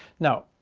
now,